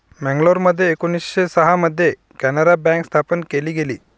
मंगलोरमध्ये एकोणीसशे सहा मध्ये कॅनारा बँक स्थापन केली गेली